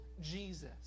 Jesus